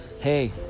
Hey